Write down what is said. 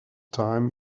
time